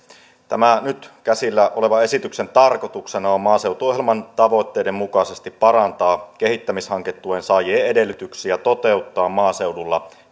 tämän nyt käsillä olevan esityksen tarkoituksena on maaseutuohjelman tavoitteiden mukaisesti parantaa kehittämishanketuen saajien edellytyksiä toteuttaa maaseudulla